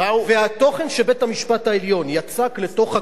והתוכן שבית-המשפט העליון יצק לתוך הכלי,